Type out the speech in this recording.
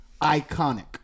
iconic